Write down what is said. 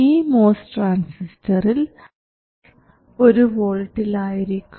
ഈ MOS ട്രാൻസിസ്റ്ററിൽ source 1 വോൾട്ടിൽ ആയിരിക്കും